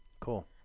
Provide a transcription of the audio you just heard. Cool